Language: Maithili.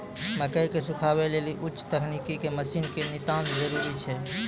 मकई के सुखावे लेली उच्च तकनीक के मसीन के नितांत जरूरी छैय?